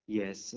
yes